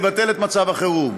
לבטל את מצב החירום,